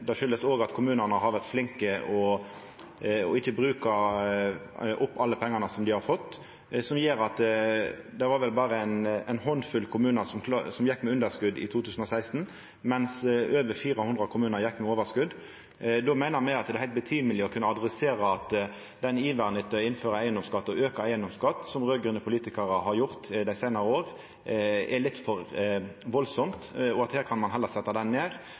sidan, og av at kommunane har vore flinke til ikkje å bruka opp alle pengane dei har fått, som gjer at det vel berre var ein handfull kommunar som gjekk med underskot i 2016, mens over 400 kommunar gjekk med overskot. Då meiner me det er heilt på sin plass å kunna adressera at den iveren etter å innføra eigedomsskatt og auka eigedomsskatt som raud-grøne politikarar har hatt dei seinare åra, er litt for stor. Her kan ein heller setja han ned